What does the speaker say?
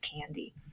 candy